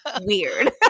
weird